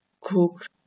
cook